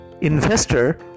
investor